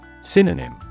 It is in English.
Synonym